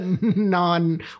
non